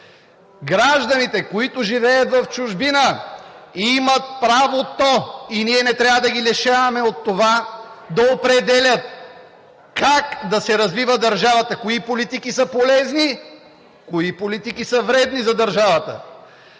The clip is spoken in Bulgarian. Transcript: Гражданите, които живеят в чужбина, имат правото и ние не трябва да ги лишаваме да определят как да се развива държавата – кои политики са полезни, кои политики са вредни за държавата.